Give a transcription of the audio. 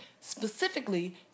Specifically